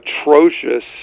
atrocious